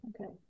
okay